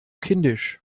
kindisch